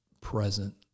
Present